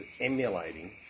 emulating